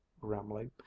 grimly